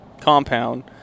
compound